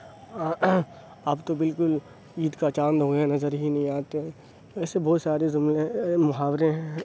آ آپ تو بالکل عید کا چاند ہو گئے ہیں نظر ہی نہیں آتے ایسے بہت سارے جملے ہیں محاورے ہیں